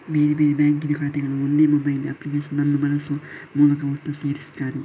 ಬೇರೆ ಬೇರೆ ಬ್ಯಾಂಕಿನ ಖಾತೆಗಳನ್ನ ಒಂದೇ ಮೊಬೈಲ್ ಅಪ್ಲಿಕೇಶನ್ ಅನ್ನು ಬಳಸುವ ಮೂಲಕ ಒಟ್ಟು ಸೇರಿಸ್ತಾರೆ